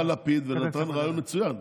בא לפיד ונתן רעיון מצוין,